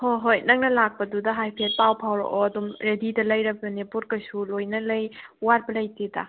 ꯍꯣꯏ ꯍꯣꯏ ꯅꯪꯅ ꯂꯥꯛꯄꯗꯨꯗ ꯍꯥꯏꯐꯦꯠ ꯄꯥꯎ ꯐꯥꯎꯔꯛꯑꯣ ꯑꯗꯨꯝ ꯔꯦꯗꯤꯗ ꯂꯩꯔꯕꯅꯦ ꯄꯣꯠ ꯀꯩꯁꯨ ꯂꯣꯏꯅ ꯂꯩ ꯋꯥꯠꯄ ꯂꯩꯇꯦꯗ